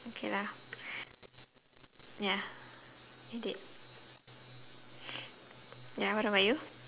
okay lah ya it did ya what about you